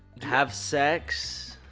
have sex?